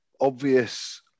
obvious